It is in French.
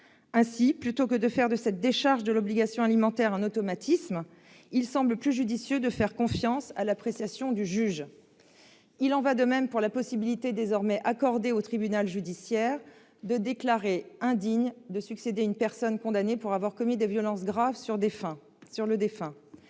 Ainsi, plutôt que de faire de la décharge de l'obligation alimentaire un automatisme, il semble plus judicieux de faire confiance à l'appréciation du juge. Il en va de même pour la possibilité désormais accordée au tribunal judiciaire de déclarer indigne de succéder une personne condamnée pour avoir commis des violences graves sur le défunt.